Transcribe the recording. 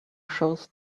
shows